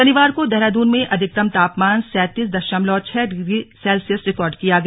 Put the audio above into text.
शनिवार को देहरादून में अधिकतम तापमान सैंतीस दशमलव छह डिग्री सेल्सियस रिकॉर्ड किया गया